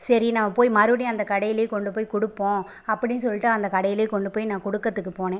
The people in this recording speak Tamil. சரி நம்ம போய் மறுபடி அந்தக் கடையிலேயே கொண்டு போய் கொடுப்போம் அப்படின்னு சொல்லிட்டு அந்தக் கடையிலேயே கொண்டு போய் நான் கொடுக்கறதுக்கு போனேன்